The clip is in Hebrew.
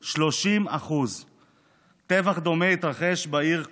30%. טבח דומה התרחש בעיר קובנה.